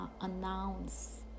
announce